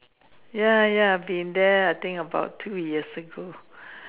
ya ya been there I think about two years ago